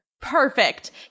perfect